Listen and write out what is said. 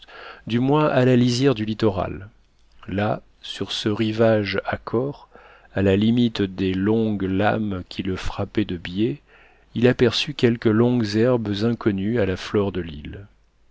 du moins à la lisière du littoral là sur ce rivage accore à la limite des longues lames qui le frappaient de biais il aperçut quelques longues herbes inconnues à la flore de l'île